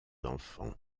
enfants